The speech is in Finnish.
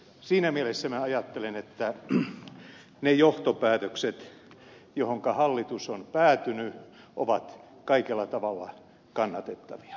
siinä mielessä minä ajattelen että ne johtopäätökset joihinka hallitus on päätynyt ovat kaikella tavalla kannatettavia